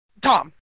Tom